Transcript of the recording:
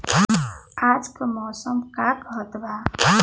आज क मौसम का कहत बा?